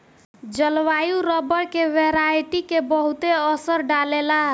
जलवायु रबर के वेराइटी के बहुते असर डाले ला